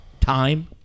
time